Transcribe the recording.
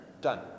Done